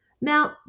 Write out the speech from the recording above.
Now